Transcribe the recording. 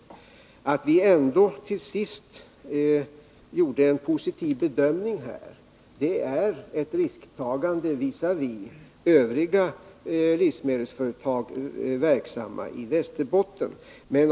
Att vi till sist ändå gjorde en positiv bedömning innebär ett risktagande visavi övriga livsmedelsföretag som är verksamma i Västerbotten.